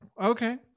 Okay